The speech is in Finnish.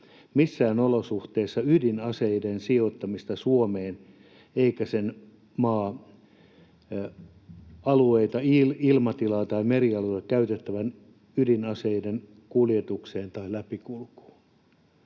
missään olosuhteissa ydinaseiden sijoittamista Suomeen eikä sen maa-alueita, ilmatilaa tai merialueita käytettävän ydinaseiden kuljetukseen tai läpikulkuun.”